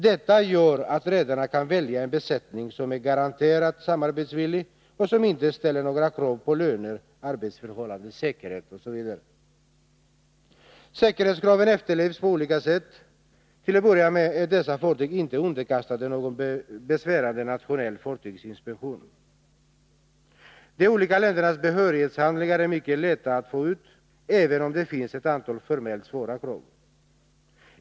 Detta gör att redarna kan välja en besättning som är garanterat samarbetsvillig och som inte ställer några krav på löner, arbetsförhållanden, säkerhet osv. Säkerhetskraven efterlevs på olika sätt. Till att börja med är dessa fartyg inte underkastade någon besvärande nationell fartygsinspektion. Det är mycket lätt att få ut de olika ländernas behörighetshandlingar, även om det finns ett antal formellt stränga krav.